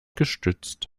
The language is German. gestützt